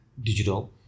digital